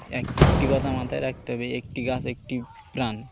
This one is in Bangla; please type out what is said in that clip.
এক একটি কথা মাথায় রাখতে হবে একটি গাছ একটি প্রাণ